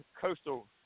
Coastal